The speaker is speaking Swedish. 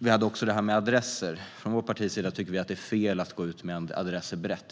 Det här med adresser kom också upp. Vårt parti tycker att det är fel att gå ut med adresser brett.